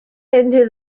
into